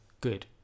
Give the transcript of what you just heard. good